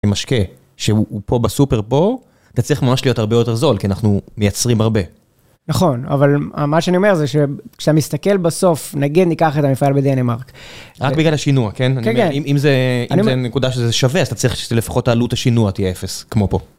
אם המשקה שהוא פה בסופר-פור, אתה צריך ממש להיות הרבה יותר זול, כי אנחנו מייצרים הרבה. נכון, אבל מה שאני אומר זה שכשאתה מסתכל בסוף, נגיד ניקח את המפעל בדנמרק. רק בגלל השינוע, כן? כן, כן. אם זה נקודה שזה שווה, אז אתה צריך שלפחות עלות השינוע תהיה אפס, כמו פה.